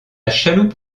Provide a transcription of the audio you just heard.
chaloupe